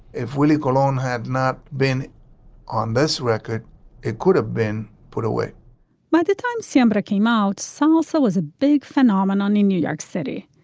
if willie colon had not been on this record it could have been put away by the time sambora so um but came out salsa was a big phenomenon in new york city.